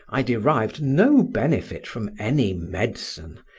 i derived no benefit from any medicine,